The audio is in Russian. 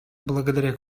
благодаря